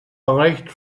recht